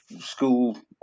school